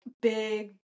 big